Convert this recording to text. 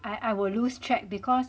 I I will lose track because